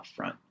upfront